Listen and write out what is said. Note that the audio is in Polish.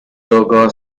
dookoła